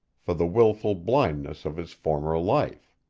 for the wilful blindness of his former life.